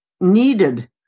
needed